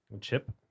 Chip